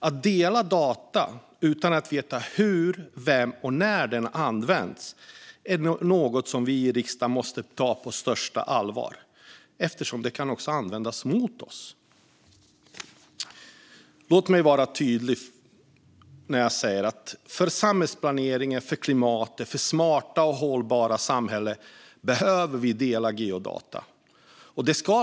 Att dela data utan att veta hur, av vem och när de används är något som riksdagens ledamöter måste ta på största allvar, för dessa data kan också användas mot oss. Låt mig vara tydlig: För samhällsplaneringen, för klimatet och för smarta och hållbara samhällen behöver geodata delas.